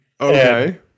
Okay